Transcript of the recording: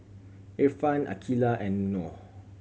Irfan Aqeelah and Noh